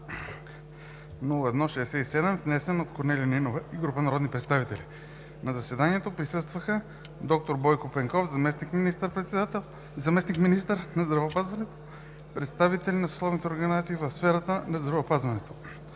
954-01-67, внесен от Корнелия Нинова и група народни представители на 11 септември 2019 г. На заседанието присъстваха: доктор Бойко Пенков – заместник-министър на здравеопазването, представители на съсловните организации в сферата на здравеопазването.